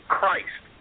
Christ